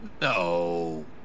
No